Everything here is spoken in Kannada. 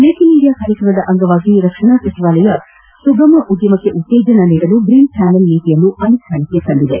ಮೇಕ್ ಇನ್ ಇಂಡಿಯಾ ಕಾರ್ಯಕ್ರಮದ ಅಂಗವಾಗಿ ರಕ್ಷಣಾ ಸಚಿವಾಲಯವು ಸುಲಲಿತ ಉದ್ವಮಕ್ಕೆ ಉತ್ತೇಜನ ನೀಡಲು ಗ್ರೀನ್ ಚಾನೆಲ್ ನೀತಿಯನ್ನು ಅನುಷ್ಟಾನಕ್ಕೆ ತಂದಿದೆ